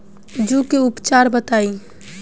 जूं के उपचार बताई?